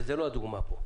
וזו לא הדוגמה פה.